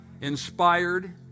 inspired